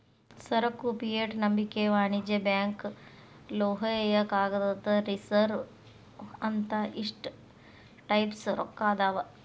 ಸರಕು ಫಿಯೆಟ್ ನಂಬಿಕೆಯ ವಾಣಿಜ್ಯ ಬ್ಯಾಂಕ್ ಲೋಹೇಯ ಕಾಗದದ ರಿಸರ್ವ್ ಅಂತ ಇಷ್ಟ ಟೈಪ್ಸ್ ರೊಕ್ಕಾ ಅದಾವ್